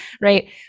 Right